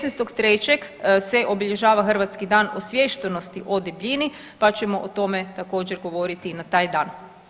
16.3. se obilježava Hrvatski dan osviještenosti o debljini pa ćemo o tome također govoriti na taj dan.